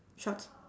shorts